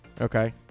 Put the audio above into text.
Okay